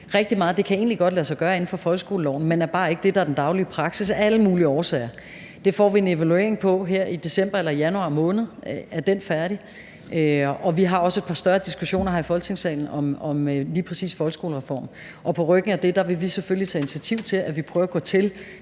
Rigtig meget af det kan egentlig godt lade sig gøre inden for folkeskoleloven, men det er bare ikke det, der er den daglige praksis – af alle mulige årsager – og det får vi en evaluering af, som er færdig her i december eller januar måned, og vi har også et par større diskussioner her i Folketingssalen om lige præcis en folkeskolereform. På ryggen af det vil vi selvfølgelig tage initiativ til, at vi prøver at gå til,